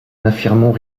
n’affirmons